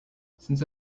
since